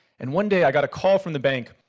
and one day i got a call from the bank,